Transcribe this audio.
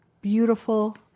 beautiful